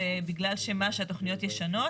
זה בגלל שהתכניות ישנות?